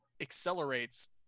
accelerates